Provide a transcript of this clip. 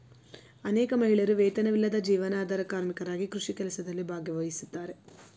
ಅನೇಕ ಮಹಿಳೆಯರು ವೇತನವಿಲ್ಲದ ಜೀವನಾಧಾರ ಕಾರ್ಮಿಕರಾಗಿ ಕೃಷಿ ಕೆಲಸದಲ್ಲಿ ಭಾಗವಹಿಸ್ತಾರೆ